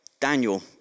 Daniel